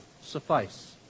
suffice